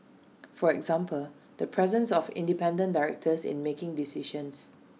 for example the presence of independent directors in making decisions